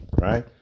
right